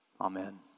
amen